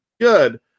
good